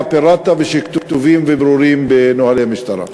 פירטת ושכתובים וברורים בנוהלי משטרה?